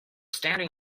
standing